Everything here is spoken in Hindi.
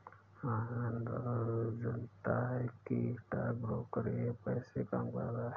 आनंद जानता है कि स्टॉक ब्रोकर ऐप कैसे काम करता है?